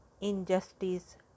injustice